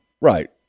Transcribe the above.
Right